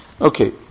Okay